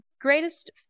greatest